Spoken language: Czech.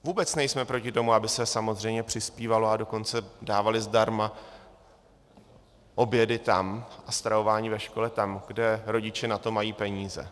Vůbec nejsme proti tomu, aby se samozřejmě přispívalo, a dokonce dávaly zdarma obědy a stravování ve škole tam, kde rodiče na to mají peníze.